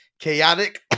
Chaotic